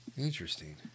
Interesting